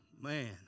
man